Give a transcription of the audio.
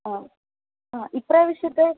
ആ ആ ഈ പ്രാവിശ്യത്തെ